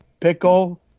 pickle